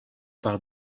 par